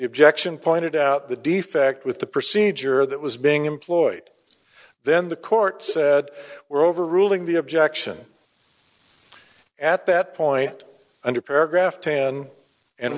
ejection pointed out the defect with the procedure that was being employed then the court said were overruling the objection at that point under paragraph ten and